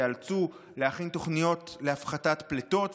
ייאלצו להכין תוכניות להפחתת פליטות,